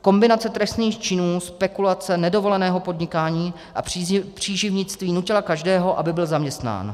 Kombinace trestných činů spekulace, nedovoleného podnikání a příživnictví nutila každého, aby byl zaměstnán.